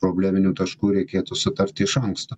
probleminių taškų reikėtų sutarti iš anksto